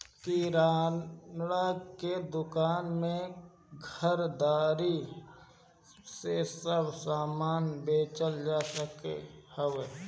किराणा के दूकान में घरदारी के सब समान बेचल जात हवे